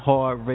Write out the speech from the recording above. Hard